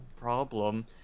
problem